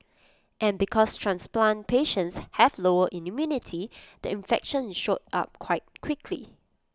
and because transplant patients have lower immunity the infection showed up quite quickly